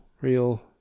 real